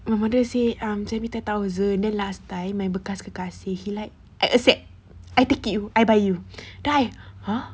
my mother say um sell me ten thousand then last time my bekas say he like I accept I pick you I buy you then I !huh!